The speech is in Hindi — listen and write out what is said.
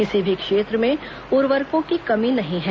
किसी भी क्षेत्र में उर्वरकों की कमी नहीं है